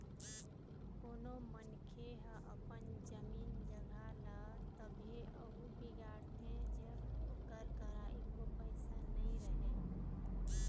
कोनो मनखे ह अपन जमीन जघा ल तभे अउ बिगाड़थे जब ओकर करा एको पइसा नइ रहय